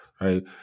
right